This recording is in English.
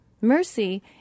Mercy